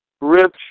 rich